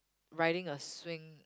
riding a swing